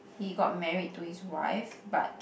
he got married to his wife but